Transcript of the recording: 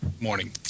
morning